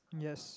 yes